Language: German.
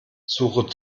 suche